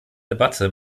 debatte